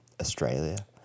Australia